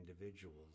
individuals